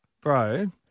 Bro